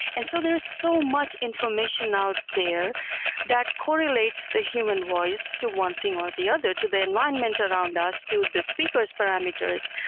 and so there are so much information out there that correlates the human voice to one thing or the other, to the environment around us, to the speaker s parameters,